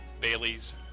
Bailey's